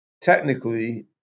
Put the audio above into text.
technically